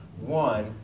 one